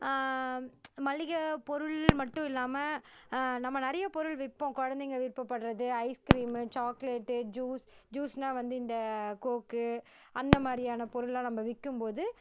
மளிகை பொருள் மட்டும் இல்லாம நம்ம நிறைய பொருள் விற்போம் குழந்தைங்க விருப்பப்பட்றது ஐஸ்கிரீம்மு சாக்லேட்டு ஜூஸ் ஜூஸ்ன்னா வந்து இந்த கோக்கு அந்த மாதிரியான பொருள்லாம் நம்ப விற்கும்போது